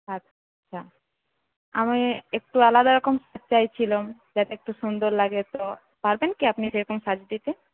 আচ্ছা আমি একটু আলাদারকম চাইছিলাম যাতে একটু সুন্দর লাগে তো পারবেন কি আপনি সেইরকম সাজিয়ে দিতে